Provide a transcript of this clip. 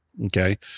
Okay